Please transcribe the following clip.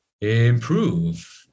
improve